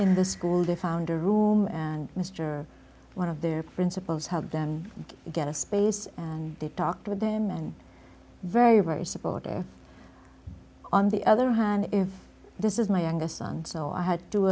in the school they found a room and mr one of their principals helped them get a space and talked with them and very very supportive on the other hand if this is my youngest son so i had two